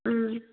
ꯎꯝ